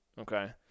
Okay